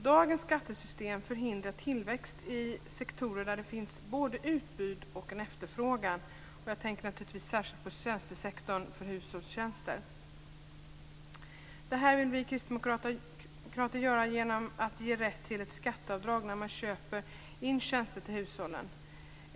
Dagens skattesystem förhindrar tillväxt i sektorer där det finns både utbud och en efterfrågan. Jag tänker naturligtvis särskilt på sektorn för hushållstjänster. Detta vill vi kristdemokrater göra genom att ge rätt till skatteavdrag vid köp av tjänster till hushållen.